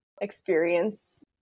experience